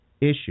issue